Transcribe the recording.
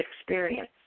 experience